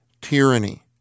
tyranny